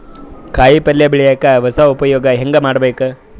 ಕಾಯಿ ಪಲ್ಯ ಬೆಳಿಯಕ ಹೊಸ ಉಪಯೊಗ ಹೆಂಗ ಮಾಡಬೇಕು?